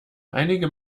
einige